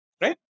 right